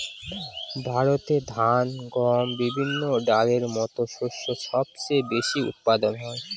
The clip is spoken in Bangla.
ভারতে ধান, গম, বিভিন্ন ডালের মত শস্য সবচেয়ে বেশি উৎপাদন হয়